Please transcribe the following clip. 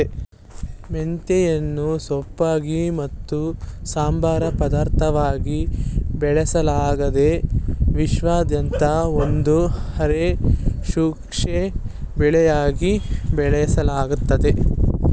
ಮೆಂತೆಯನ್ನು ಸೊಪ್ಪಾಗಿ ಮತ್ತು ಸಂಬಾರ ಪದಾರ್ಥವಾಗಿ ಬಳಸಲಾಗ್ತದೆ ವಿಶ್ವಾದ್ಯಂತ ಒಂದು ಅರೆ ಶುಷ್ಕ ಬೆಳೆಯಾಗಿ ಬೆಳೆಸಲಾಗ್ತದೆ